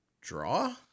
draw